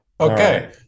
Okay